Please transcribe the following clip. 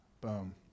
Boom